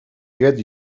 get